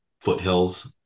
foothills